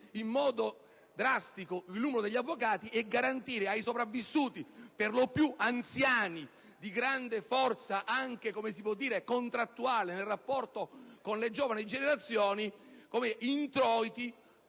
in modo drastico il numero degli avvocati e garantire ai sopravvissuti, perlopiù anziani, di grande forza anche contrattuale nel rapporto con le giovani generazioni, introiti